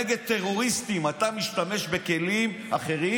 נגד טרוריסטים אתה משתמש בכלים אחרים,